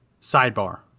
sidebar